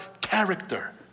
character